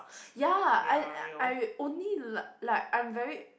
ya I I only li~ like I'm very